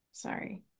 sorry